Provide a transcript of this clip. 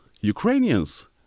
Ukrainians